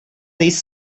his